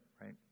right